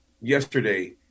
yesterday